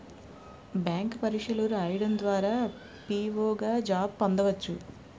bank పరీక్షలు రాయడం ద్వారా పిఓ గా జాబ్ పొందవచ్చు